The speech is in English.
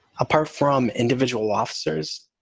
apart from individual officers?